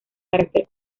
carácter